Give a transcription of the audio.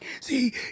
See